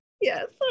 Yes